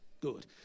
Good